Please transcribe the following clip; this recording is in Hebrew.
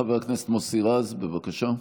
חבר הכנסת מוסי רז, בבקשה.